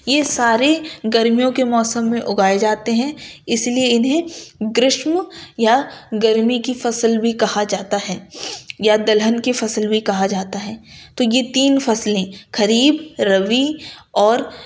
یہ سارے گرمیوں کے موسم میں اگائے جاتے ہیں اس لیے انہیں گریشم یا گرمی کی فصل کہا جاتا ہے یا دلہن کی فصل بھی کہا جاتا ہے تو یہ تین فصلیں خریف ربیع اور